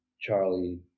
Charlie